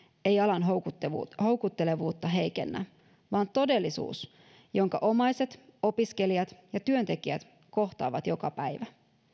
ei alan houkuttelevuutta houkuttelevuutta heikennä vaan todellisuus jonka omaiset opiskelijat ja työntekijät kohtaavat joka päivä